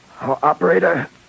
Operator